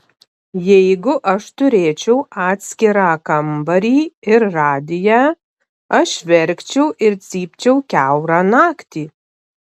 jeigu aš turėčiau atskirą kambarį ir radiją aš verkčiau ir cypčiau kiaurą naktį